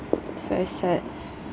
that's very sad